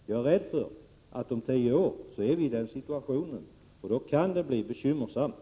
Jag är rädd för att vi om tio år befinner oss i denna situation, och då kan det bli bekymmersamt.